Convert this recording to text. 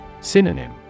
Synonym